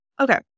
Okay